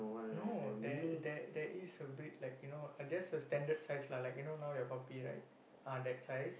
no there there there is a breed like you know uh just a standard size lah like you know now your puppy right ah that size